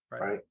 Right